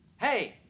Hey